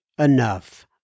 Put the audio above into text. Enough